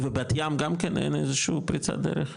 ובת ים גם כאן, אין איזושהי פריצת דרך?